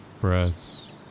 breaths